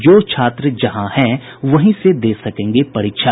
जो छात्र जहां हैं वहीं से दे सकेंगे परीक्षा